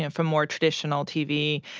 and from more traditional tv,